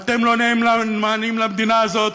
אתם לא נאמנים למדינה הזאת,